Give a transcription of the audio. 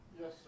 Yes